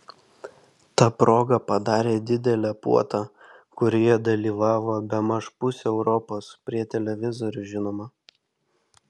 ta proga padarė didelę puotą kurioje dalyvavo bemaž pusė europos prie televizorių žinoma